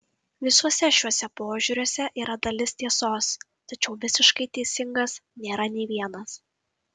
visuose šiuose požiūriuose yra dalis tiesos tačiau visiškai teisingas nėra nei vienas